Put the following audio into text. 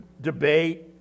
debate